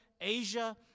Asia